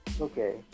Okay